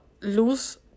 lose